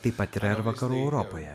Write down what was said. taip pat yra ir vakarų europoje